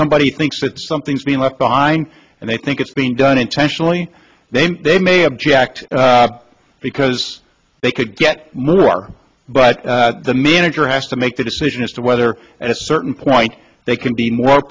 somebody thinks that something's being left behind and they think it's being done intentionally then they may object because they could get more but the manager has to make a decision as to whether at a certain point they can be more